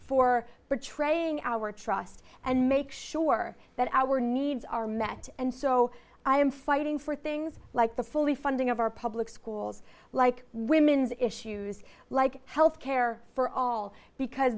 for betraying our trust and make sure that our needs are met and so i am fighting for things like the fully funding of our public schools like women's issues like health care for all because